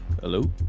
Hello